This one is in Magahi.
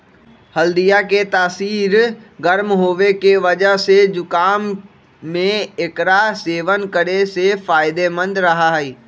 हल्दीया के तासीर गर्म होवे के वजह से जुकाम में एकरा सेवन करे से फायदेमंद रहा हई